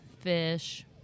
Fish